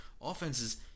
Offenses